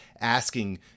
asking